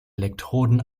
elektroden